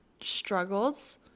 struggles